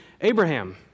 Abraham